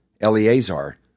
Eleazar